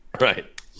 Right